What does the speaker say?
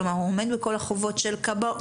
כלומר הוא עומד בכל החובות של כבאות,